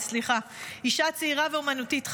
אישה יצירתית ואומנותית,